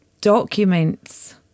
documents